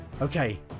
Okay